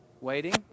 waiting